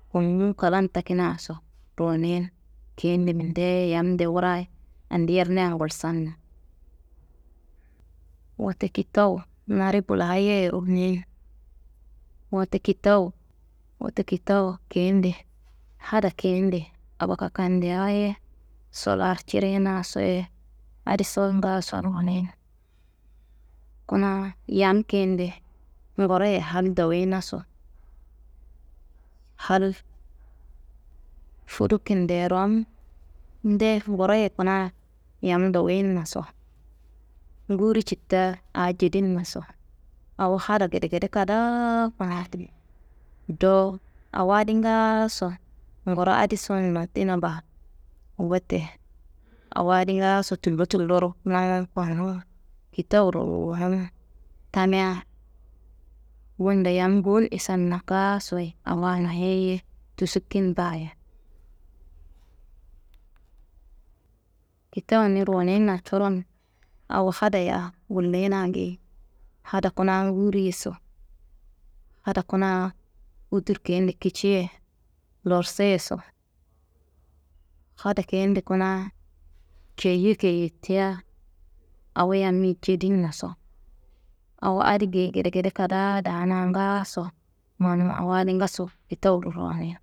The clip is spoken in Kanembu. Konnuwu klan takinaso ruwunin keyende mindeye yamnde wurayi andi yerna gulsanna. Wote kitawu naari bulayero ruwunin. Wote kitawu, wote kutawu keyende, hada keyende abakakandea yeso larcirinaso ye, adiso ngaaso ruwunin. Kuna yam keyende nguroye hal doyinaso, hal fudu kinderomnde nguroye kuna yam doyinnaso, nguri citta aa jedinnaso, awo hada gedegede kadaa kuna diye, dowo awo adi ngaaso nguro adison nottina ba. Wote awo adi ngaaso tullo tulloro namun konnun kitawuro ruwunun tamia bundo yam ngowon isanna ngaasoyi awa noyeyiye, tusukin baa- ye. Kitawuni ruwuninna coron awo hadaya gullina geyi, hada kuna nguriyeso, hada kuna wudur keyende kiciye, lorsoyeso, hada keyende kuna keyiye keyetea awo yammi jedinnaso awo adi geyi gedegede kadaa daana ngaaso manum awo adi ngaaso kitawuro ruwunin.